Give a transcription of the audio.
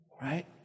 Right